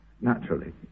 naturally